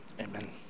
Amen